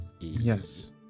Yes